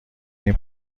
این